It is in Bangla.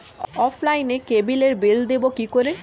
অফলাইনে ক্যাবলের বিল দেবো কি করে?